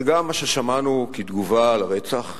גם מה ששמענו כתגובה על הרצח,